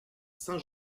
saint